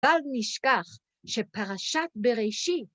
‫אל נשכח שפרשת בראשית.